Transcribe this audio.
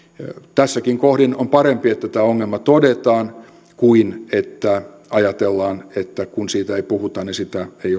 tässäkin kohdin on parempi että tämä ongelma todetaan kuin että ajatellaan että kun siitä ei puhuta sitä ei